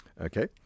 Okay